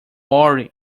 worry